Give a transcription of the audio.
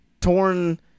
torn